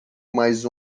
mas